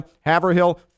Haverhill